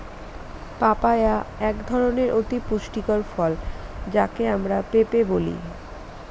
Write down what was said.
papaya একধরনের অতি পুষ্টিকর ফল যাকে আমরা পেঁপে বলি